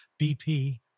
BP